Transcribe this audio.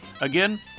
Again